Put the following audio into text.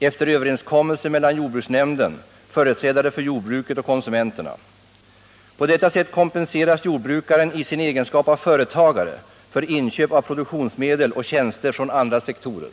efter överenskommelse mellan jordbruksnämnden, företrädare för jordbruket och konsumenterna. På detta sätt kompenseras jordbrukaren i sin egenskap av företagare för inköp av produktionsmedel och tjänster från andra sektorer.